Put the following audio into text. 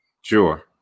Sure